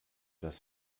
dass